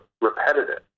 repetitive